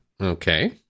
Okay